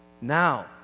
Now